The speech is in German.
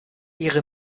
ihre